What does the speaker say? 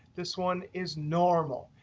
this one is normal.